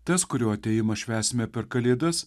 tas kurio atėjimą švęsime per kalėdas